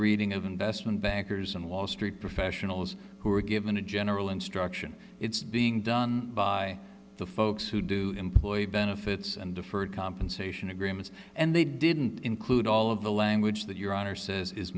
reading of investment bankers and wall street professionals who are given a general instruction it's being done by the folks who do employee benefits and deferred compensation agreements and they didn't include all of the language that your honor says is